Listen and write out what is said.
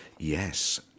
Yes